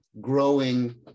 growing